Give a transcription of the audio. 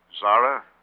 Zara